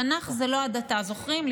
תנ"ך זה לא הדתה, זוכרים?